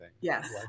Yes